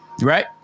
right